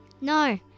No